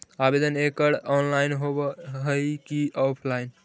आवेदन एकड़ ऑनलाइन होव हइ की ऑफलाइन?